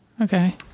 Okay